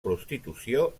prostitució